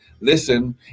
listen